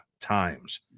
times